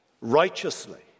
righteously